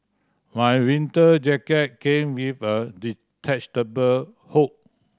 my winter jacket came with a detachable hood